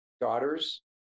daughters